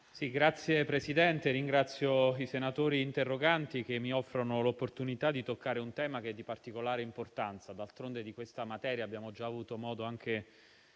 Signor Presidente, ringrazio i senatori interroganti che mi offrono l'opportunità di toccare un tema di particolare importanza; d'altronde su questa materia abbiamo già avuto modo di